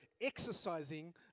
exercising